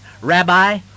Rabbi